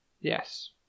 yes